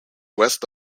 west